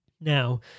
Now